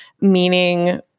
meaning